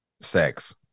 sex